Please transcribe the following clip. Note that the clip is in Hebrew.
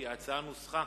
כי ההצעה נוסחה